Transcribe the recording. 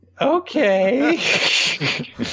Okay